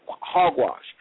hogwash